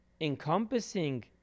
encompassing